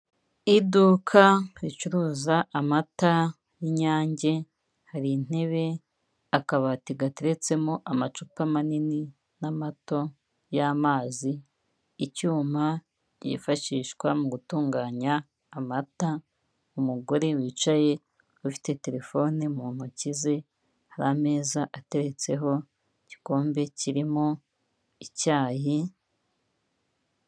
Iduka ricuruza amata y'inyange hari intebe, akabati gateretsemo amacupa manini n'amato y'amazi icyuma yifashishwa mu gutunganya amata, umugore wicaye ufite terefone mu ntoki ze hari ameza atetseho igikombe kirimo icyayi.